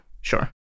sure